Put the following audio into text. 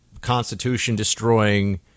constitution-destroying